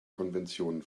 konvention